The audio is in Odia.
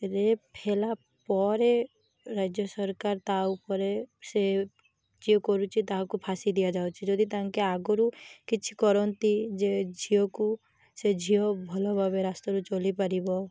ରେପ୍ ହେଲା ପରେ ରାଜ୍ୟ ସରକାର ତା' ଉପରେ ସେ ଯିଏ କରୁଛି ତାହାକୁ ଫାଶୀ ଦିଆଯାଉଛି ଯଦି ତାଙ୍କେ ଆଗରୁ କିଛି କରନ୍ତି ଯେ ଝିଅକୁ ସେ ଝିଅ ଭଲ ଭାବେ ରାସ୍ତାରେ ଚାଲିପାରିବ